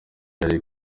yari